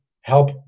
help